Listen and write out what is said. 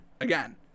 Again